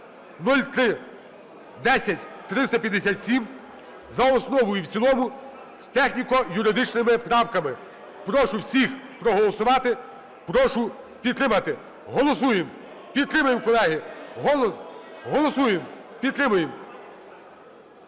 (10357) за основу і в цілому з техніко-юридичними правками. Прошу всіх проголосувати. Прошу підтримати. Голосуємо. Підтримаємо, колеги. Голосуємо, підтримаємо.